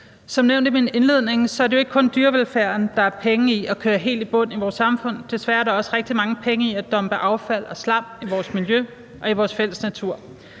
Som nævnt i min indledning er det i vores samfund jo ikke kun dyrevelfærden, som der er penge i at køre helt i bund. Desværre er der også rigtig mange penge i at dumpe affald og slam i vores miljø og i vores fælles natur.